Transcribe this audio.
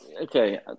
Okay